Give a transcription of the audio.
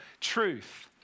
truth